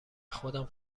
خودم